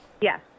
Yes